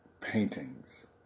paintings